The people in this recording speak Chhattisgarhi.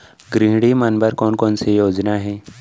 गृहिणी मन बर कोन कोन से योजना हे?